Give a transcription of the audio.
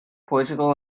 portugal